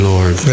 Lord